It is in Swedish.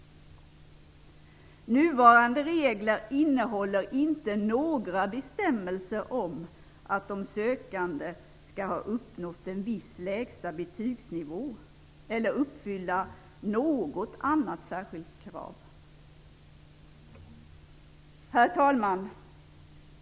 Nuvarande regler innehåller inte några bestämmelser om att de sökande skall ha uppnått en viss lägsta betygsnivå eller uppfylla något annat särskilt krav. Herr talman!